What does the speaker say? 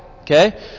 Okay